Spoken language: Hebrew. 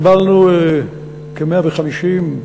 קיבלנו כ-150,